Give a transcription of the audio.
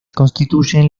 constituyen